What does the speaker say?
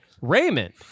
Raymond